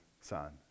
son